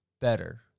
better